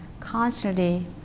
constantly